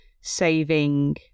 saving